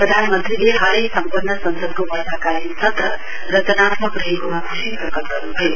प्रधानमन्त्रीले हालै सम्पन्न संसदको वर्षाकालीन सत्र रचनात्मक रहेकोमा ख्शी प्रकट गर्न्भयो